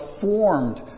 formed